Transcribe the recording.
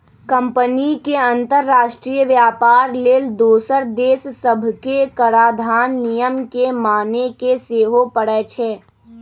company के अंतरराष्ट्रीय व्यापार लेल दोसर देश सभके कराधान नियम के माने के सेहो परै छै